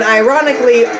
ironically